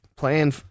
Playing